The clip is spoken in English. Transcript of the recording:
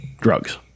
drugs